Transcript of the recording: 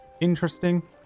interesting